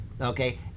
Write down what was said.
okay